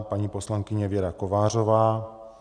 Paní poslankyně Věra Kovářová.